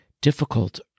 difficult